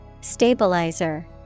Stabilizer